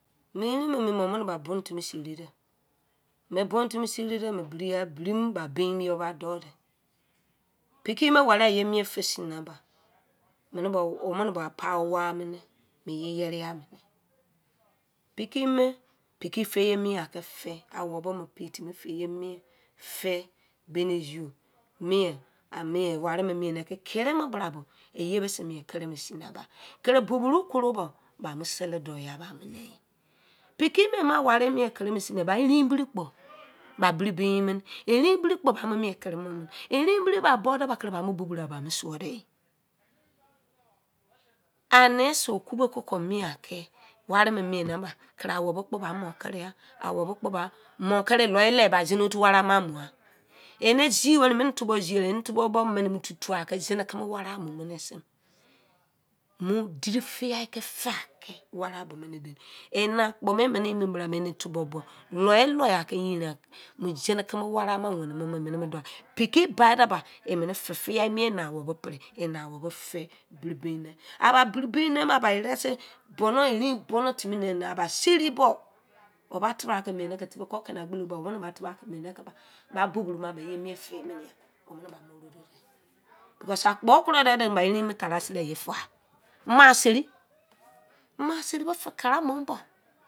Me erin me wo mene ba bonu timi seri de me bonu timi seri de me bro ba bin ma you ba do de peki me ware iye mien fe sin bo me o mene ba pai uwu a mene mu iye yere you mu ne. Peki me peki fe ye mien ake fe awobo mo petimi iye mien fe baini zu, mien, amien ware me mien ne kere ma bra, iye bose mien kere mo. Kere boburu koro ba isele do you ba mune, peki me ma ware mien kere mo sin ne ba erin buru kpo ba bri bin mene, erin bri kpo ba mo mien kere mo mene erin bri ba bo de kere ba bo bobuni ba suwude ye ane se okubo ke ka mien ake ware me mien na gba kere awobo kpo ba mo kereai awobo kpo mo kere zine otu ware ama mughan. Ene zi were me tubo ziwere me tubo o bo me mene mo tu ke zine keme ware mune se mu dei fiai ke fe ware bo mene ye ene akpo nu emene emi bra ene tubo bo luwe luwe ake yerin mu zine keme ware mu. Peki bade ba emene fe fiai mien ene wobo fe bri bin mo, aba bri bin ne me aba rese, bonu erin bonu timi ne me aba seri kiri bo eba tebra ke mien neke tebe ke kene agblemomene wu mene ba tebra ke ba boburu ma ba mien fe mene yan, because akpo kru de ni ba erin me tara sare iye fuwa ma sare, ma sare bo fe ka